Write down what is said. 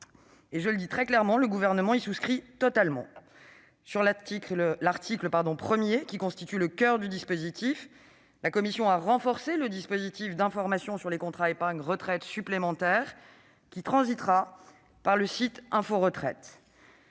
Je le dis très clairement : le Gouvernement y souscrit totalement. À l'article 1, qui constitue le coeur du dispositif, la commission a renforcé le dispositif d'information sur les contrats d'épargne retraite supplémentaire ; il transitera par le site internet